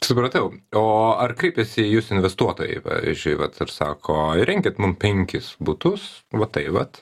supratau o ar kreipėsi jūs investuotojai pavyzdžiui vat ar sako įrenkit mums penkis butus va taip vat